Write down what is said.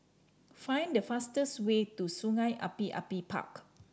find the fastest way to Sungei Api Api Park